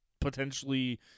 potentially